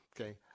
Okay